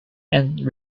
and